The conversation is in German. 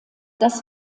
das